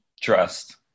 trust